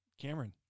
Cameron